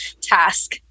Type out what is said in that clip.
task